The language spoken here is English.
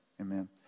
Amen